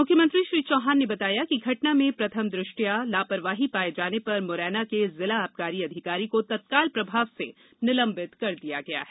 मुख्यमंत्री श्री चौहान ने कहा कि घटना में प्रथम द ष्टया लापरवाही पाए जाने पर मुरैना के जिला आबकारी अधिकारी को तत्काल प्रभाव से निलम्बित कर दिया गया है